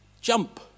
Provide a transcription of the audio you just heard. jump